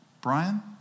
Brian